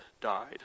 died